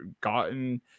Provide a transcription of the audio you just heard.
gotten